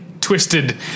twisted